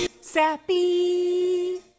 Sappy